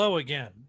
again